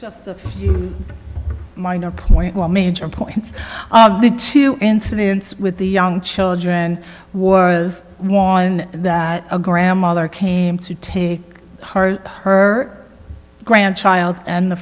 just a few minor point well major points the two incidents with the young children was one that a grandmother came to take heart her grandchild and the